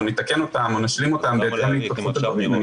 נתקן אותן או נשלים אותן בהתאם להתפתחות הדברים.